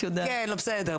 בסדר,